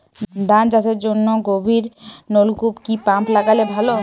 ধান চাষের জন্য গভিরনলকুপ কি পাম্প লাগালে ভালো?